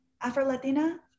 Afro-Latina